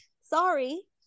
Sorry